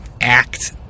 act